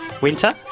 winter